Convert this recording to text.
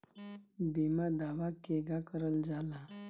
बीमा दावा केगा करल जाला?